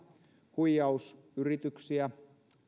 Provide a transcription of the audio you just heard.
huijausyrityksiä